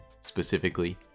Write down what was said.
Specifically